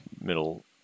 Middle